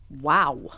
Wow